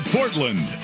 Portland